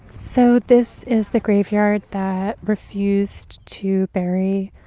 so this is the graveyard that refused to bury.